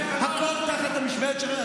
הכול תחת המשמרת שלכם,